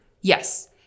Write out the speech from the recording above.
Yes